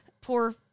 poor